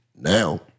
Now